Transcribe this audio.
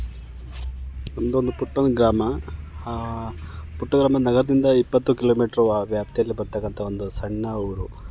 ನಮ್ದೊಂದು ಪುಟ್ದೊಂದು ಗ್ರಾಮ ಪುಟ್ಟ ಗ್ರಾಮ ನಗರದಿಂದ ಇಪ್ಪತ್ತು ಕಿಲೋಮೀಟ್ರ್ ವ್ಯಾಪ್ತಿಯಲ್ಲಿ ಬರ್ತಕ್ಕಂಥ ಒಂದು ಸಣ್ಣ ಊರು